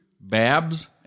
Babs